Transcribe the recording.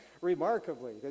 remarkably